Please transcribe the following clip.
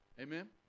Amen